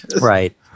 Right